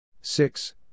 six